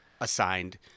assigned